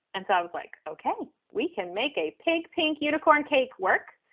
and so i was like, ok, we can make a pig pink unicorn cake work.